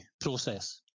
process